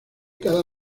cada